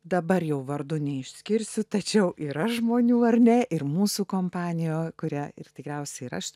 dabar jau vardu neišskirsiu tačiau yra žmonių ar ne ir mūsų kompanijoj kurią ir tikriausiai ir aš